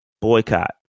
boycott